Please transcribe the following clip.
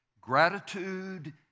Gratitude